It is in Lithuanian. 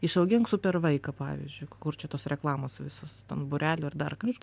išaugink super vaiką pavyzdžiui kur čia tos reklamos visos ten būrelių ir dar kažkas